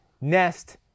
NEST